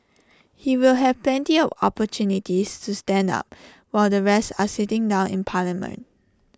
he will have plenty of opportunities to stand up while the rest are sitting down in parliament